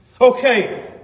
Okay